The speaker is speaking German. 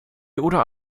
oder